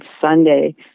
Sunday